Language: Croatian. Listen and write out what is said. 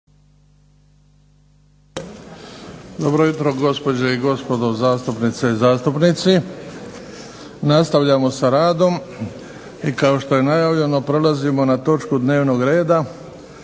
Dobro jutro gospođe i gospodo zastupnice i zastupnici! Nastavljamo sa radom i kao što je najavljeno prelazimo na točku dnevnog reda